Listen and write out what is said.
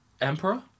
emperor